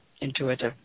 intuitive